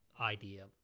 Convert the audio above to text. idea